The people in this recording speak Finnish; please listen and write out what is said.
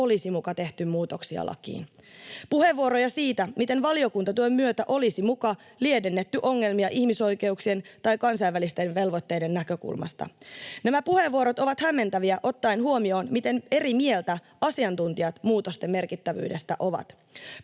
olisi muka tehty muutoksia lakiin, puheenvuoroja siitä, miten valiokuntatyön myötä olisi muka lievennetty ongelmia ihmisoikeuksien tai kansainvälisten velvoitteiden näkökulmasta. Nämä puheenvuorot ovat hämmentäviä ottaen huomioon, miten eri mieltä asiantuntijat muutosten merkittävyydestä ovat.